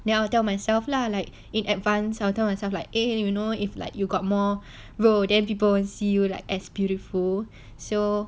then I will tell myself lah like in advance I will tell myself like eh you know if like you got more 肉 then people will see you like as beautiful so